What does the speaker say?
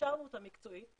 אישרנו אותם מקצועית,